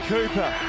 Cooper